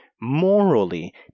morally